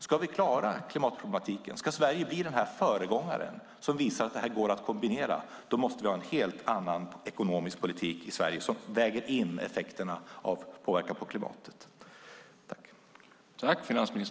Ska vi klara klimatproblemen, ska Sverige bli en föregångare som visar att det här går att kombinera, måste vi ha en helt annan ekonomisk politik i Sverige som väger in effekterna av påverkan på klimatet.